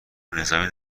نظامی